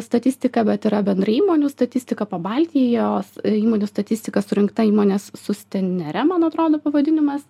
statistika bet yra bendra įmonių statistika pabaltijos įmonių statistika surinkta įmonės sustenere man atrodo pavadinimas